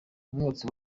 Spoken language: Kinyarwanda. umwotsi